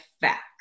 facts